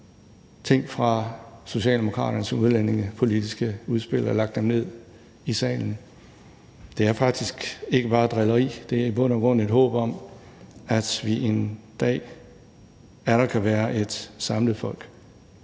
ting fra Socialdemokraternes udlændingepolitiske udspil og har lagt dem ned i salen. Det er faktisk ikke bare drilleri, det er i bund og grund et håb om, at vi en dag atter kan være et samlet folk.